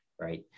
right